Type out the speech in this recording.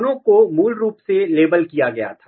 दोनों को मूल रूप से लेबल किया गया था